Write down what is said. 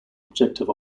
objective